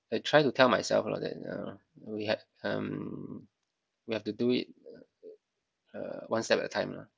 I try to tell myself lah that you know we have um we have to do it uh one step at a time lah